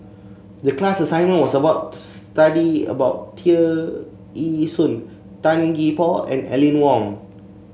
the class assignment was about to study about Tear Ee Soon Tan Gee Paw and Aline Wong